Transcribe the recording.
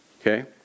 Okay